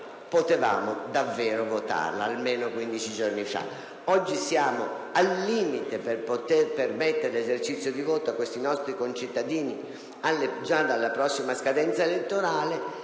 avremmo potuto votarlo almeno 15 giorni fa. Oggi siamo al limite per poter permettere l'esercizio di voto a questi nostri concittadini già dalla prossima scadenza elettorale.